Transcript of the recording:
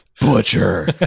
butcher